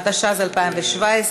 התשע"ז 2017,